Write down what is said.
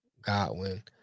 Godwin